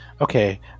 okay